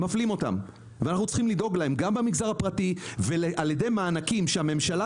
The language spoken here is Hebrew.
אנחנו צריכים לדאוג להם גם במגזר הפרטי באמצעות מענקים שהממשלה